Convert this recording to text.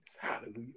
Hallelujah